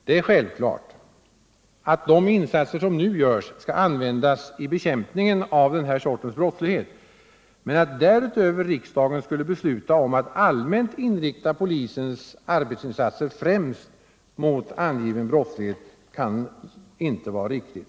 Det är självklart att de insatser som nu görs skall användas vid bekämpningen av den här sortens brottslighet, men att riksdagen därutöver skulle besluta om att allmänt inrikta polisens arbetsinsatser främst mot angiven brottslighet kan inte vara riktigt.